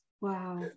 Wow